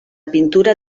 pintura